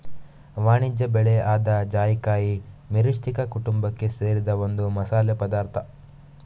ವಾಣಿಜ್ಯ ಬೆಳೆ ಆದ ಜಾಯಿಕಾಯಿ ಮಿರಿಸ್ಟಿಕಾ ಕುಟುಂಬಕ್ಕೆ ಸೇರಿದ ಒಂದು ಮಸಾಲೆ ಪದಾರ್ಥ